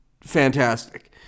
fantastic